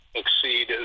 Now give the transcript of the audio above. exceed